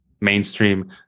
mainstream